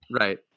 right